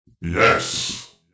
Yes